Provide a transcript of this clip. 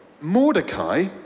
Mordecai